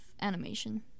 animation